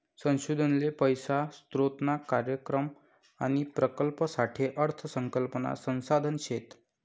संशोधन ले पैसा स्रोतना कार्यक्रम आणि प्रकल्पसाठे अर्थ संकल्पना संसाधन शेत